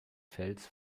fels